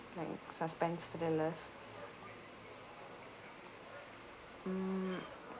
like suspense thrillers mm